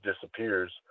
disappears